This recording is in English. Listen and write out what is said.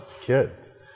kids